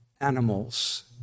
animals